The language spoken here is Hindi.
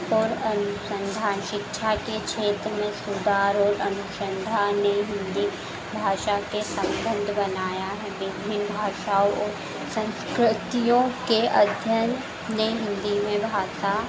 और अनुसन्धान शिक्षा के क्षेत्र में सुधार और अनुसन्धान ने हिन्दी भाषा के सम्बन्ध बनाया है विभिन्न भाषाओं और सँस्कृतियों के अध्ययन ने हिन्दी में भाषा